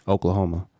Oklahoma